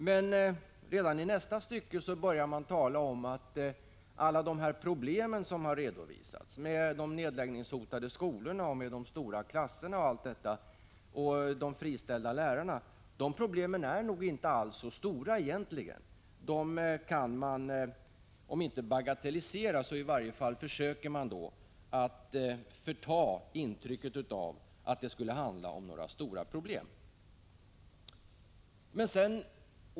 Men redan i nästa stycke börjar man tala om att alla de problem som har redovisats med de nedläggningshotade skolorna, de stora klasserna, de friställda lärarna osv. egentligen inte alls är så stora. Man försöker om inte att bagatellisera dessa problem så i varje fall att förta intrycket av att de skulle vara stora.